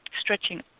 stretching